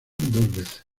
veces